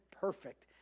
perfect